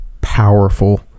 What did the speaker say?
powerful